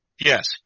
Yes